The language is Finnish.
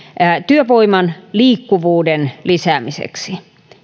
työvoiman liikkuvuuden lisäämiseksi